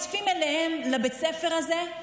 הם אוספים אליהם לבית ספר הזה.